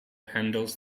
handles